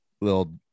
little